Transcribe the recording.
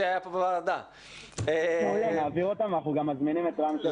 אנחנו מזמינים אותם.